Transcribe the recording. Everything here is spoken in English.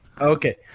Okay